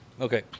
Okay